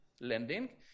lending